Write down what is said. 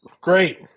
Great